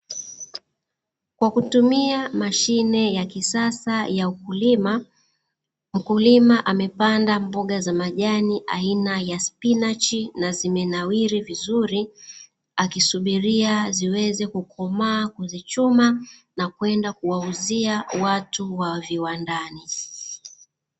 Kwa kutumia mashine ya kisasa ya ukulima, mkulima amepanda mboga za majani aina ya Spinachi na zimenawiri vizuri. Akisubiria ziweze kukomaa kuzichuma na kwenda kuwauzia watu wa viwandani.